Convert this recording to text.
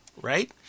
right